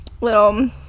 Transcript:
Little